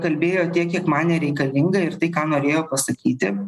kalbėjo tiek kiek manė reikalinga ir tai ką norėjo pasakyti